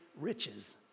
riches